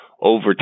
over